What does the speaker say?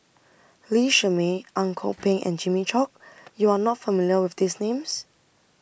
Lee Shermay Ang Kok Peng and Jimmy Chok YOU Are not familiar with These Names